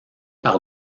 par